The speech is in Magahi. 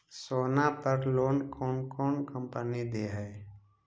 सोना पर लोन कौन कौन कंपनी दे है?